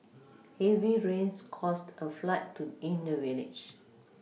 heavy rains caused a flood to in the village